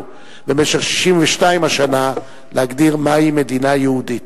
במשך 62 השנה להגדיר מהי מדינה יהודית.